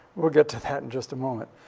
we'll get to that in just a moment.